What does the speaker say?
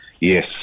Yes